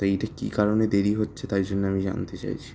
তা এইটা কি কারণে দেরি হচ্ছে তাই জন্য আমি জানতে চাইছি